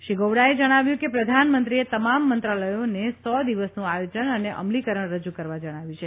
શ્રી ગોવડાએ જણાવ્યું કે પ્રધાનમંત્રીએ તમામ મંત્રાલયોને સો દિવસનું આયોજન અને અમલીકરણ રજૂ કરવા જણાવ્યું છે